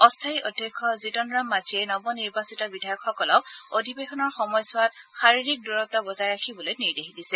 অস্থায়ী অধ্যক্ষ জিতন ৰাম মাঝীয়ে নৱনিৰ্বাচিত বিধায়কসকলক অধিৱেশনৰ সময়ছোৱাত শাৰীৰিক দূৰত্ব বজাই ৰাখিবলৈ নিৰ্দেশ দিছে